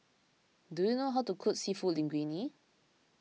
do you know how to cook Seafood Linguine